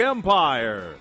Empire